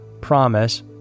Promise